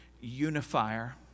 unifier